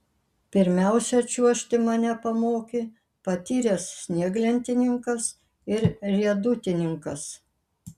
pirmiausia čiuožti mane pamokė patyręs snieglentininkas ir riedutininkas